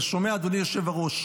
אתה שומע, אדוני היושב-ראש?